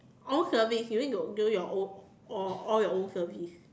own service you need to do your old all your own service